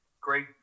great